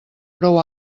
prou